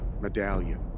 medallion